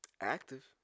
Active